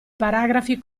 paragrafi